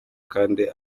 kandi